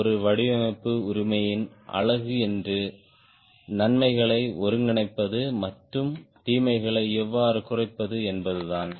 ஒரு வடிவமைப்பு உரிமையின் அழகு என்று நன்மைகளை ஒருங்கிணைப்பது மற்றும் தீமைகளை எவ்வாறு குறைப்பது என்பதுதான்